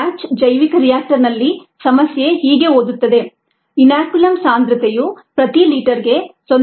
batch ಜೈವಿಕ ರಿಯಾಕ್ಟರ್ನಲ್ಲಿ ಸಮಸ್ಯೆ ಹೀಗೆ ಓದುತ್ತದೆ ಇನಾಕ್ಯುಲಮ್ನ ಸಾಂದ್ರತೆಯು ಪ್ರತಿ ಲೀಟರ್ಗೆ 0